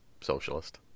Socialist